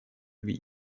виде